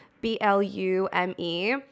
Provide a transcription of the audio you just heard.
B-L-U-M-E